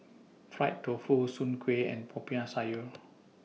Fried Tofu Soon Kueh and Popiah Sayur